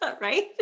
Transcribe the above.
Right